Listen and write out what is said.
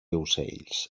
ocells